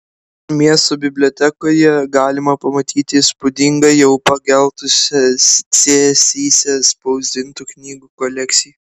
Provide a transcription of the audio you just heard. miesto bibliotekoje galima pamatyti įspūdingą jau pageltusią cėsyse spausdintų knygų kolekciją